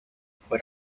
fue